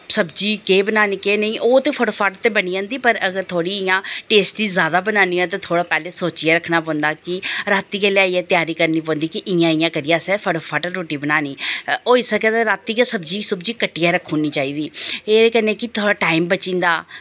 सब्जी केह् बनानी केह् नेईं ओह् ते फटोफट ते बनी जंदी पर अगर थोह्ड़ी इ'यां टेस्टी जैदा बनानी होऐ ते थोह्ड़ा पैह्लें सोचियै रक्खना पौंदा कि रातीं गै लेआइयै त्यारी करनी पौंदी कि इ'यां इ'यां करियै असें फटोफट रुट्टी बनानी होई सकै ते रातीं गै सब्जी सुब्जी कट्टियै रक्खी ओड़नी चाहिदी एह्दे कन्नै कि थोह्ड़ा टाइम बची जंदा